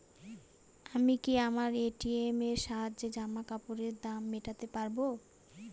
আমি কি আমার এ.টি.এম এর সাহায্যে জামাকাপরের দাম মেটাতে পারব?